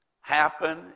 happen